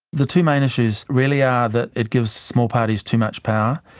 the two main issues really are that it gives small parties too much power.